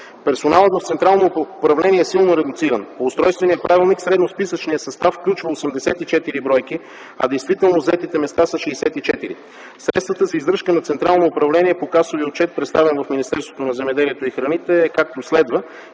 Персоналът в Централното управление е силно редуциран. По Устройственият правилник средносписъчният състав включва 84 бройки, а действително заетите места са 64. Средствата за издръжка на Централното управление по касовия отчет, представен в Министерството на земеделието и храните е както следва: